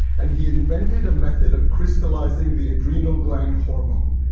and he invented a method of crystallizing the adrenal-gland hormone,